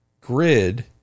grid